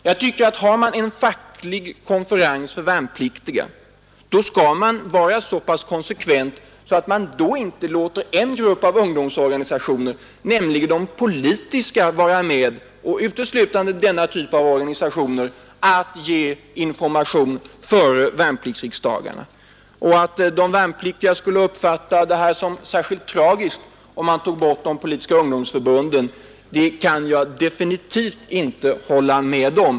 Jag tycker att har man en facklig konferens för de värnpliktiga så skall man vara så pass konsekvent att man då inte låter bara en grupp av ungdomsorganisationer vara med — nämligen de politiska. Att de värnpliktiga skulle uppfatta det som särskilt tragiskt om man uteslöt de politiska ungdomförbunden kan jag definitivt inte hålla med om.